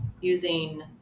using